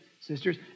sisters